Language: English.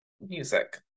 music